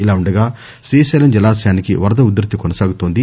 ఇలా ఉండగా శ్రీశైలం జలాశయానికి వరద ఉదృతి కొనసాగుతోంది